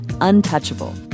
untouchable